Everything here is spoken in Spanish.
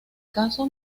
casos